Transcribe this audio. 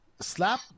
slap